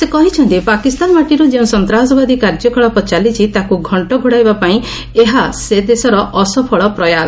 ସେ କହିଛନ୍ତି ପାକିସ୍ତାନ ମାଟିରୁ ଯେଉଁ ସନ୍ତାସବାଦୀ କାର୍ଯ୍ୟକଳାପ ଚାଲିଛି ତାକୁ ଘଣ୍ଟ ଘୋଡ଼ାଇବାପାଇଁ ଏହା ସେ ଦେଶର ଅସଫଳ ପ୍ରୟାସ